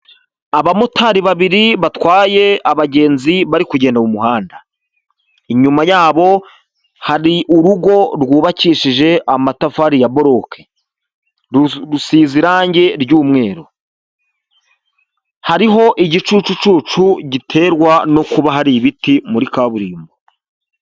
Abamotari babiri batwaye abagenzi bari kugenda mu muhanda, inyuma ya bo hari urugo rwubakishije amatafari ya boroke, rusize irange ry'umweru hariho igicucucucu giterwa no kuba hari ibiti muri kaburimbo.